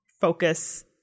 focus